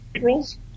rolls